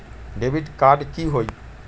Debit card की होई?